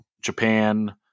Japan